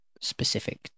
specific